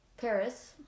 Paris